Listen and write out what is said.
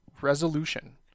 Resolution